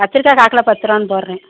கத்திரிக்காய் கால்கிலோ பத்துரூபான்னு போடுறேன்